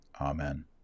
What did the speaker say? Amen